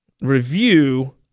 review